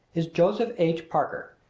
is joseph h. parker.